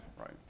right